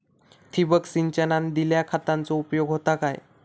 ठिबक सिंचनान दिल्या खतांचो उपयोग होता काय?